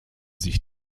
sich